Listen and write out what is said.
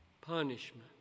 punishment